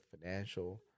financial